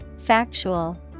Factual